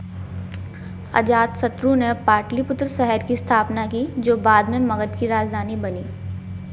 अजातशत्रु ने पाटलिपुत्र शहर की स्थापना की जो बाद में मगध की राजधानी बनी